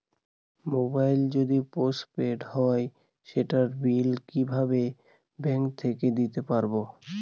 Mobile যদি post paid হয় সেটার বিল কিভাবে ব্যাংক থেকে দিতে পারব?